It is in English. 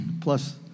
Plus